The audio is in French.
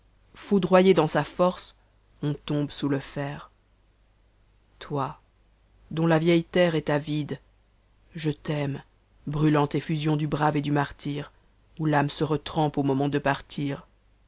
foudroyé dans sa force on tombe sons le fer to dont la vieille terre est avide je t'atms brtante enusion du brave et du martyre où l'âme se retrempe au moment de partir